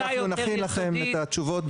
ונכין לכם את התשובות.